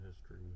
history